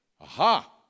Aha